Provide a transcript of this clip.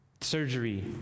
surgery